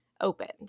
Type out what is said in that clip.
opened